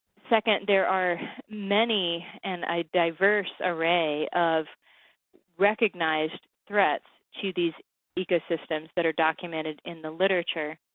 second, there are many and a diverse array of recognized threats to these ecosystems that are documented in the literature.